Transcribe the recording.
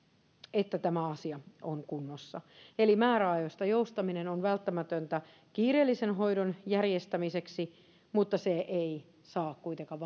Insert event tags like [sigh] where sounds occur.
että tämä asia on kunnossa eli määräajoista joustaminen on välttämätöntä kiireellisen hoidon järjestämiseksi mutta se ei saa kuitenkaan [unintelligible]